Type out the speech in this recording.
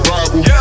Bible